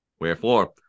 Wherefore